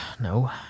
No